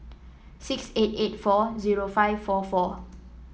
six eight eight four zero five four four